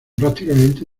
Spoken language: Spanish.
prácticamente